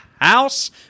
house